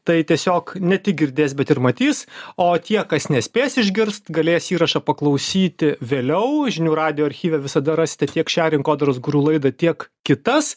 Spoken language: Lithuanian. tai tiesiog ne tik girdės bet ir matys o tie kas nespės išgirst galės įrašą paklausyti vėliau žinių radijo archyve visada rasite tiek šią rinkodaros guru laidą tiek kitas